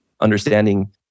understanding